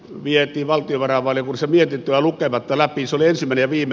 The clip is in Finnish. se oli ensimmäinen ja viimeinen kerta